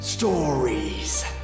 Stories